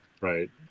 right